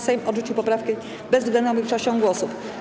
Sejm odrzucił poprawki bezwzględną większością głosów.